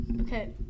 Okay